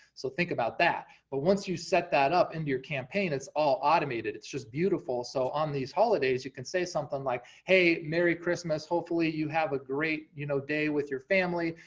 so think about that. but once you set that up into your campaign, it's all automated, it's just beautiful, so on these holidays, you can say something like, hey, merry christmas, hopefully you have a great you know day with your family,